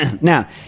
Now